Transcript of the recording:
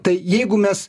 tai jeigu mes